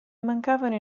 mancavano